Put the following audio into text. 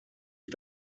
wie